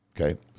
okay